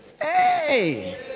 hey